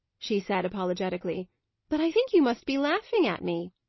she said, apologetically but i think you must be laughing at me.